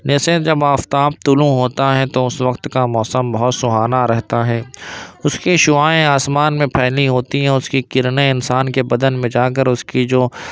جیسے جب آفتاب طلوع ہوتا ہے تو اس وقت کا موسم بہت سہانا رہتا ہے اس کی شعائیں آسمان میں پھیلی ہوتی ہیں اس کی کرنیں انسان کے بدن میں جا کر اس کی جو